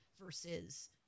versus